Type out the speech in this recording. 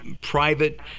private